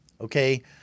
Okay